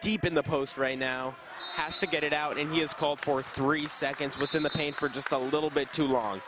deep in the post right now has to get it out and he has called for three seconds was in the paint for just a little bit too long